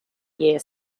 year